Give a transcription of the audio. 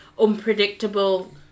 unpredictable